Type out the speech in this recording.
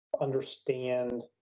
understand